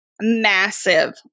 massive